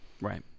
Right